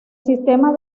sistema